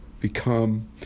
become